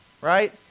right